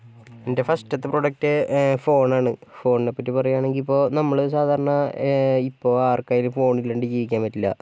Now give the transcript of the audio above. എൻ്റെ ഫസ്റ്റത്തെ product phone ആണ് ഫോണിനെ പറ്റി പറയുവാണെങ്കിൽ ഇപ്പോൾ നമ്മള് സാധാരണ ഇപ്പോൾ ആർക്കായാലും ഫോണില്ലാണ്ടു ജീവിക്കാൻ പറ്റുകയില്ല